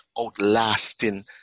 outlasting